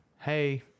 hey